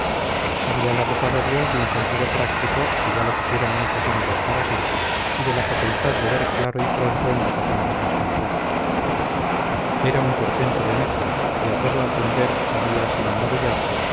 habíala dotado dios de un sentido práctico que ya lo quisieran muchos hombres para sí y de la facultad de ver claro y pronto en los asuntos más complejos era un portento demetria y a todo atender sabía sin